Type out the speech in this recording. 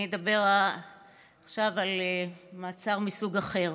אני אדבר עכשיו על מעצר מסוג אחר.